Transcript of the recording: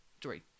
three